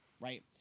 right